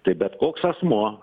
tai bet koks asmuo